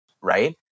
right